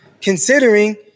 considering